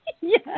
Yes